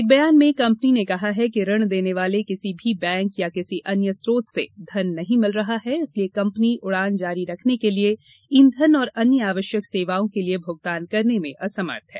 एक बयान में कंपनी ने कहा है कि ऋण देने वाले किसी भी बैंक या किसी अन्य स्रोत से धन नहीं मिल रहा है इसलिये कंपनी उड़ान जारी रखने के लिए ईंधन और अन्य आवश्यक सेवाओं के लिए भुगतान करने में असमर्थ है